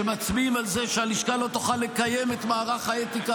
שמצביעים על זה שהלשכה לא תוכל לקיים את מערך האתיקה